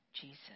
Jesus